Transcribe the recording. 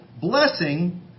blessing